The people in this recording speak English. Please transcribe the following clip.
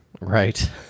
Right